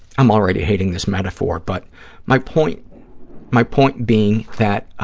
i'm already hating this metaphor, but my point my point being that